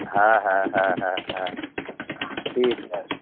হ্যাঁ হ্যাঁ হ্যাঁ হ্যাঁ হ্যাঁ ঠিক আছে